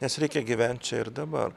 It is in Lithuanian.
nes reikia gyvent čia ir dabar